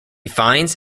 finds